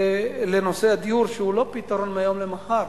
לנושא הדיור שהוא לא פתרון מהיום למחר.